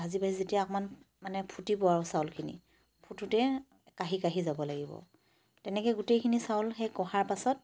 ভাজি ভাজি যেতিয়া অকণমান মানে ফুটিব আৰু চাউলখিনি ফুটোতে কাঢ়ি কাঢ়ি যাব লাগিব তেনেকৈ গোটেইখিনি চাউল সেই কঢ়াৰ পাছত